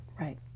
Right